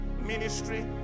ministry